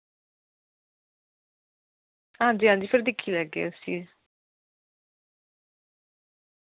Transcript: हां जी हां जी फिर दिक्खी लैगे असी